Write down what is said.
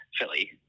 Philly